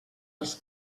els